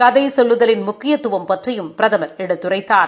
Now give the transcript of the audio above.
கதை சொல்லுதலின் முக்கியத்துவம் பற்றியும் பிரதமர் எடுத்துரைத்தார்